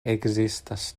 ekzistas